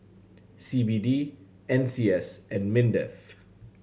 C B D N C S and MINDEF